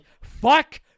fuck